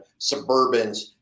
Suburbans